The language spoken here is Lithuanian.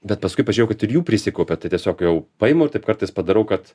bet paskui pažiūrėjau kad ir jų prisikaupė tai tiesiog jau paimu ir taip kartais padarau kad